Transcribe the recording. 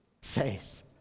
says